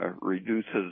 reduces